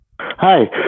Hi